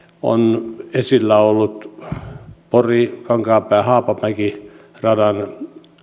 on esillä ollut muun muassa pori kankaanpää haapamäki radan